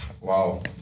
Wow